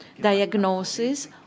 diagnosis